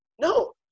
No